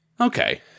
Okay